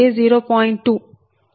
200